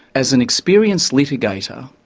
as an experienced litigator,